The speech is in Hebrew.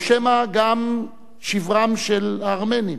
או שמא גם את שברם של הארמנים?